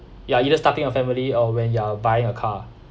ya either starting a family or when you are buying a car